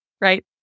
right